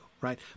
right